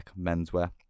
menswear